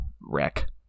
wreck